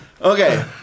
Okay